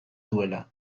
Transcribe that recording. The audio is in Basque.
duela